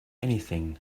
anything